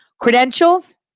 Credentials